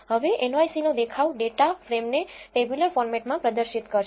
હવે nycનો દેખાવ ડેટા ફ્રેમને ટેબ્યુલર ફોર્મેટમાં પ્રદર્શિત કરશે